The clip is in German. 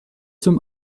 zum